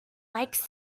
likes